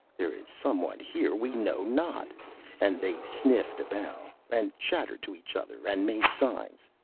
there is some one here we know not and they sniffed about, and chattered to each other, and made signs.